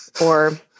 or-